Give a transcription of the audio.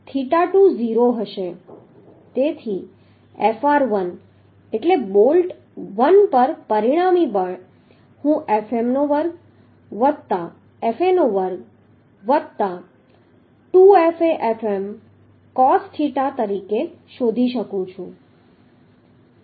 તેથી Fr1 એટલે bolt 1 પર પરિણામી બળ હું Fm નો વર્ગ વત્તા Fa નો વર્ગ વત્તા 2FmFa cosથીટા તરીકે શોધી શકું છું